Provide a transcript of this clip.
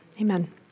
Amen